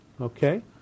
okay